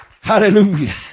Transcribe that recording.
Hallelujah